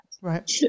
right